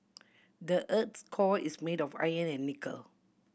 the earth's core is made of iron and nickel